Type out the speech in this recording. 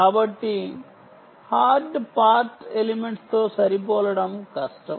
కాబట్టి hard part ఎలిమెంట్స్తో సరిపోలడం కష్టం